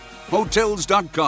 Hotels.com